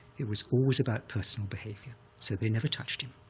it was always about personal behavior, so they never touched him.